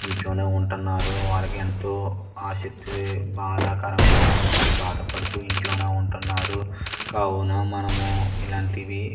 ఇంట్లోనే ఉంటున్నారు వాళ్ళకి ఎంతో ఆసక్తి బాధాకరంగా బాధపడుతూ ఇంట్లోనే ఉంటున్నారు కావున మనము ఇలాంటివి